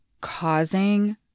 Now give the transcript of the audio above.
causing